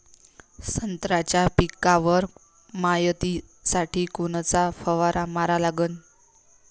संत्र्याच्या पिकावर मायतीसाठी कोनचा फवारा मारा लागन?